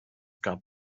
gab